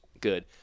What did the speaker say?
good